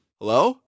Hello